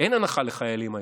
אין היום הנחה לחיילים,